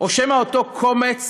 או שמא אותו קומץ